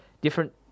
different